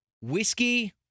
whiskey